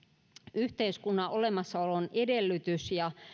yhteiskunnan olemassaolon edellytys ja